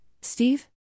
steve